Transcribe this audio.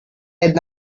had